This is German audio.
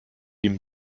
den